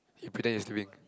you pretend you sleeping